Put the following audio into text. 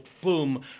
boom